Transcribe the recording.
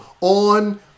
on